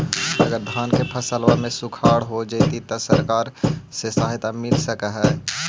अगर धान के फ़सल में सुखाड़ होजितै त सरकार से सहायता मिल सके हे?